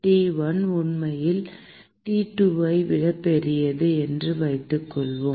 T1 உண்மையில் T2 ஐ விட பெரியது என்று வைத்துக்கொள்வோம்